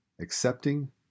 accepting